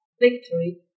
victory